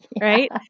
Right